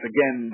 Again